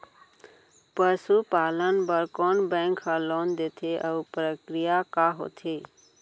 पसु पालन बर कोन बैंक ह लोन देथे अऊ प्रक्रिया का होथे?